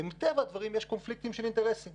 ומטבע הדברים יש קונפליקטים של אינטרסים